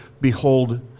behold